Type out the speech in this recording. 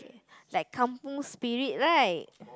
like kampung Spirit right